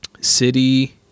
City